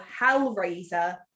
Hellraiser